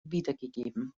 wiedergegeben